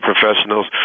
professionals